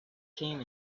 came